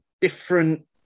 different